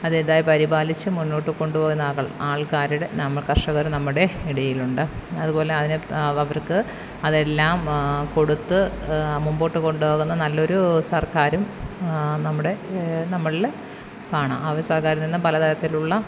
അതേതായ പരിപാലിച്ചും മുന്നോട്ട് കൊണ്ടുപോകുന്ന ആളുകൾ ആൾക്കാരുടെ നമ്മൾ കർഷകർ നമ്മുടെ ഇടയിലുണ്ട് അതുപോലെ അതിന് അവർക്ക് അതെല്ലാം കൊടുത്ത് മുമ്പോട്ട് കൊണ്ടുപോകുന്ന നല്ലൊരു സർക്കാരും നമ്മുടെ നമ്മളിൽ കാണാം ആവശ്യക്കാരിൽ നിന്നും പലതരത്തിലുള്ള